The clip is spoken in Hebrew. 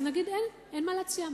אז נגיד שאין מה להציע.